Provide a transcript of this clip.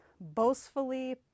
boastfully